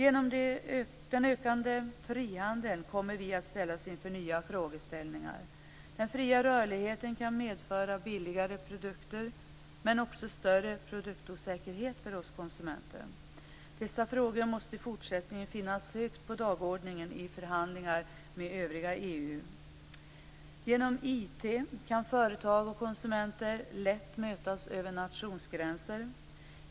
Tack vare den ökande frihandeln kommer vi att ställas inför nya frågeställningar. Den fria rörligheten kan medföra billigare produkter men också en större produktosäkerhet för konsumenterna. Dessa frågor måste i fortsättningen finnas högt på dagordningen i förhandlingarna med övriga EU. Tack vare IT kan företag och konsumenter lätt mötas över nationsgränserna.